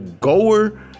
goer